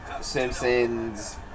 Simpsons